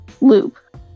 loop